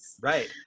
Right